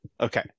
Okay